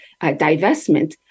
divestment